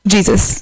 Jesus